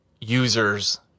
users